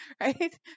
right